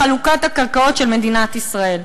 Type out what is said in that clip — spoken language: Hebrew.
בחלוקת הקרקעות של מדינת ישראל.